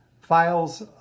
files